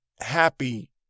happy